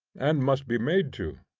and must be made to.